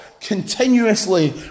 continuously